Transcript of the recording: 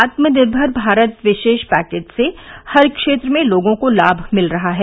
आत्मनिर्भर भारत विशेष पैकेज से हर क्षेत्र में लोगों को लाभ मिल रहा है